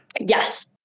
Yes